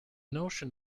notion